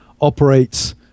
operates